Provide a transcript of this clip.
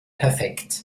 perfekt